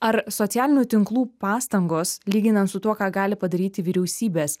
ar socialinių tinklų pastangos lyginant su tuo ką gali padaryti vyriausybės